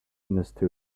understood